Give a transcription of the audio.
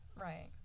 right